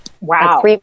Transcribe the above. Wow